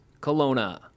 Kelowna